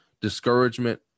discouragement